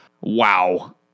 Wow